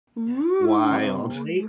Wild